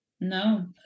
No